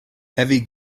heavy